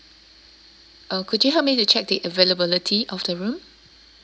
uh could you help me to check the availability of the room